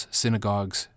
synagogues